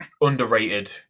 underrated